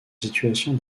situation